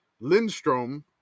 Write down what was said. Lindstrom